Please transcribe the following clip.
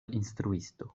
instruisto